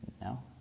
No